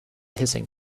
hissing